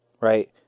right